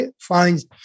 finds